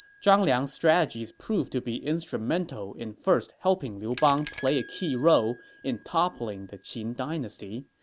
zhang liang's strategies proved to be instrumental in first helping liu bang play a key role in toppling the qin dynasty,